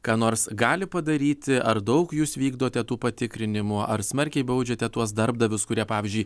ką nors gali padaryti ar daug jus vykdote tų patikrinimų ar smarkiai baudžiate tuos darbdavius kurie pavyzdžiui